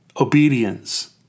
obedience